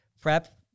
Prep